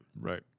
Right